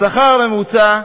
השכר הממוצע,